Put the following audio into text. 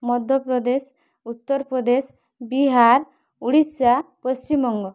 Madhya Pradesh Uttar Pradesh Bihar Orissa Paschimbanga